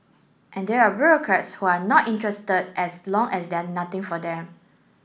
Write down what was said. and there are bureaucrats who are not interested as long as there are nothing for them